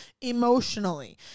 emotionally